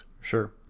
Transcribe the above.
Sure